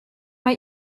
mae